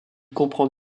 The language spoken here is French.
comprend